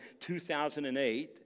2008